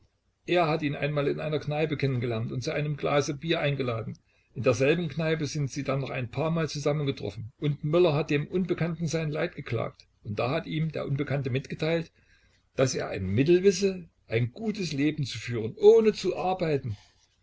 er hat ihn einmal in einer kneipe kennengelernt und zu einem glase bier eingeladen in derselben kneipe sind sie dann noch ein paarmal zusammengetroffen und möller hat dem unbekannten sein leid geklagt und da hat ihm der unbekannte mitgeteilt daß er ein mittel wisse ein gutes leben zu führen ohne zu arbeiten